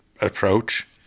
approach